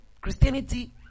Christianity